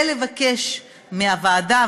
ולבקש מהוועדה,